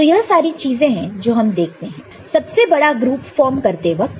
तो यह सारी चीजें हैं जो हम देखते हैं सबसे बड़ा ग्रुप फॉर्म करते वक्त